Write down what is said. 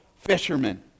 fishermen